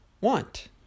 want